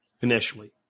initially